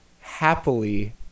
happily